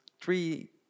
Three